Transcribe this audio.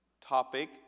topic